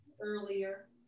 earlier